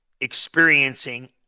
experiencing